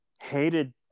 hated